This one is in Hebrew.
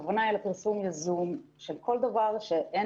הכוונה היא לפרסום יזום של כל דבר שאין